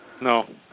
No